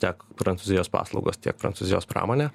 tiek prancūzijos paslaugos tiek prancūzijos pramonė